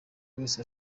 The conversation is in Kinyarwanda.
wese